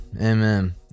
Amen